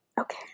okay